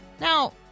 Now